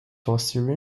foster